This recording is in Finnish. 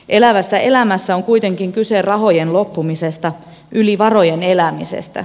elävässä elämässä on kuitenkin kyse rahojen loppumisesta yli varojen elämisestä